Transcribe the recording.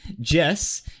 jess